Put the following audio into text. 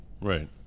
Right